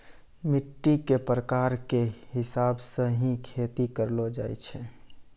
मिट्टी के प्रकार के हिसाब स हीं खेती करलो जाय छै